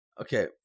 Okay